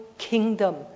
kingdom